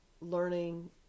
learning